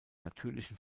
natürlichen